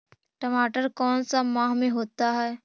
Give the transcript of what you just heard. टमाटर कौन सा माह में होता है?